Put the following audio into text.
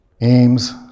aims